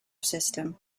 system